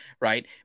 right